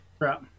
Right